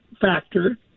factor